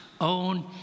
own